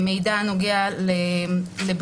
מידע הנוגע לבריאות,